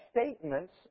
statements